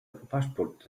paszport